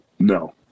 No